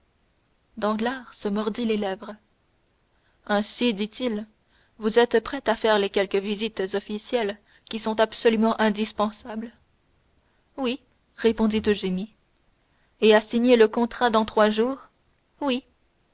danglars se mordit les lèvres ainsi dit-il vous êtes prête à faire les quelques visites officielles qui sont absolument indispensables oui répondit eugénie et à signer le contrat dans trois jours oui